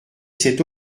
cette